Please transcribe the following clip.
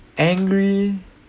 angry